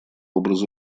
образа